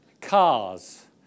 Cars